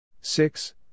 Six